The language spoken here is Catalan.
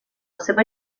seva